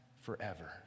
forever